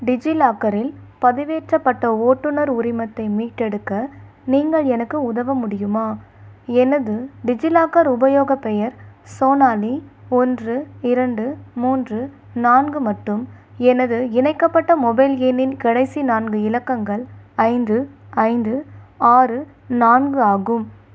டிஜிலாக்கரில் பதிவேற்றப்பட்ட ஓட்டுநர் உரிமத்தை மீட்டெடுக்க நீங்கள் எனக்கு உதவ முடியுமா எனது டிஜிலாக்கர் உபயோகப் பெயர் சோனாலி ஒன்று இரண்டு மூன்று நான்கு மற்றும் எனது இணைக்கப்பட்ட மொபைல் எண்ணின் கடைசி நான்கு இலக்கங்கள் ஐந்து ஐந்து ஆறு நான்கு ஆகும்